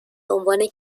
عنوان